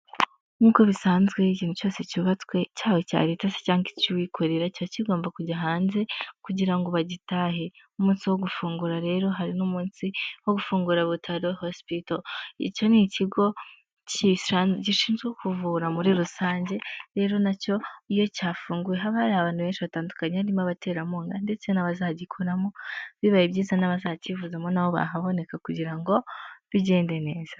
Nk'uko bisanzwe ikintu cyose cyubatswe cyaha icya leta cyangwa icy'uwikorera kiba kigomba kujya hanze kugira ngo bagitahe, umunsi wo gufungura rero hari n'umunsi wo gufungura Butaro hospital icyo ni ikigo gishinzwe kuvura muri rusange, rero nacyo iyo cyafunguwe haba abantu benshi batandukanye harimo abaterankunga ndetse n'abazagikoramo bibaye byiza n'abazakivuzamo na bo bahaboneka kugira ngo bigende neza.